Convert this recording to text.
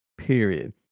period